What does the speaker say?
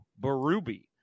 Barubi